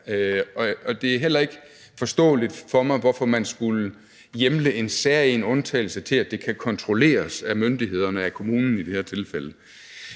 Det er heller ikke forståeligt for mig, hvorfor man skulle hjemle en særegen undtagelse til, at det kan kontrolleres af myndighederne, af kommunen i det her tilfælde.